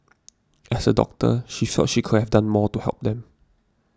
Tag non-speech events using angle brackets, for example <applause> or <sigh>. <noise> as a doctor she saw she could have done more to help them